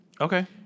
Okay